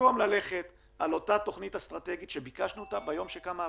במקום ללכת לפי תכנית אסטרטגית שביקשנו אותה ביום שקמה הוועדה.